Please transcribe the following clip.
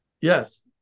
Yes